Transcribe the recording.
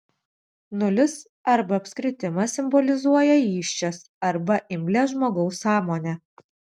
nulis arba apskritimas simbolizuoja įsčias arba imlią žmogaus sąmonę